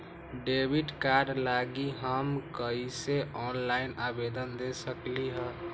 Debit card लागी हम कईसे ऑनलाइन आवेदन दे सकलि ह?